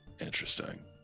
interesting